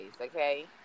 okay